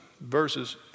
verses